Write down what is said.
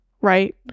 right